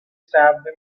stabbed